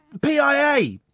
PIA